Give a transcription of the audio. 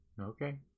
Okay